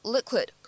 Liquid